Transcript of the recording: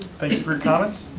thank you for your comments.